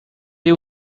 you